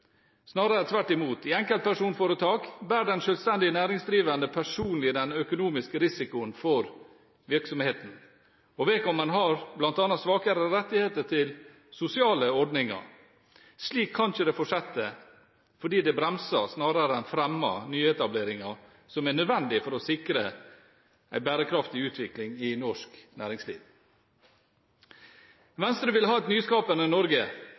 Snarere tvert imot: I enkeltpersonforetak bærer den selvstendig næringsdrivende personlig den økonomiske risikoen for virksomheten. Vedkommende har bl.a. svakere rettigheter til sosiale ordninger. Slik kan det ikke fortsette, fordi det bremser snarere enn fremmer nyetableringer, som er nødvendig for å sikre en bærekraftig utvikling i norsk næringsliv. Venstre vil ha et nyskapende Norge.